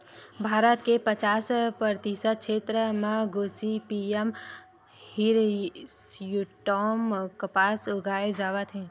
भारत के पचास परतिसत छेत्र म गोसिपीयम हिरस्यूटॅम कपसा उगाए जावत हे